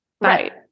Right